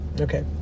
okay